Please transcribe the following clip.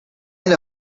end